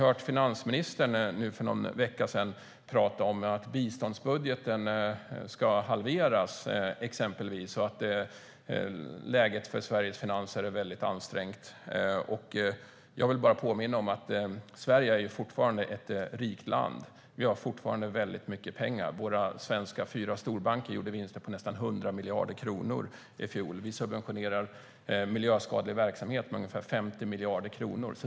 För någon vecka sedan hörde vi finansministern prata om att biståndsbudgeten ska halveras och att läget för Sveriges finanser är väldigt ansträngt. Jag vill bara påminna om att Sverige fortfarande är ett rikt land. Vi har fortfarande väldigt mycket pengar. Våra fyra svenska storbanker gjorde vinster på nästan 100 miljarder kronor i fjol. Vi subventionerar miljöskadlig verksamhet med ungefär 50 miljarder kronor.